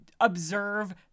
observe